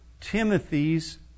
Timothy's